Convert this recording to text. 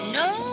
no